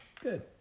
Good